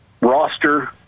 roster